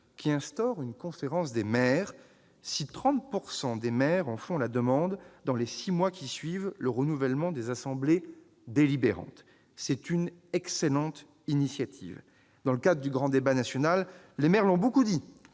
qui instaure une conférence des maires si 30 % de ceux-ci en font la demande dans les six mois qui suivent le renouvellement des assemblées délibérantes. C'est une excellente initiative ! Dans le cadre du grand débat national, les maires l'ont beaucoup dit